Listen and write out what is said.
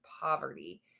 poverty